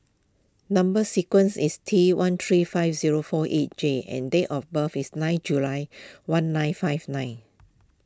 Number Sequence is T one three five zero four eight J and date of birth is nine July one nine five nine